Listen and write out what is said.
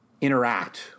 interact